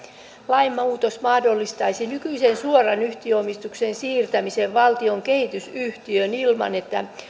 lainmuutos mahdollistaisi nykyisen suoran yhtiöomistuksen siirtämisen valtion kehitysyhtiöön ilman että